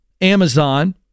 Amazon